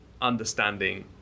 Understanding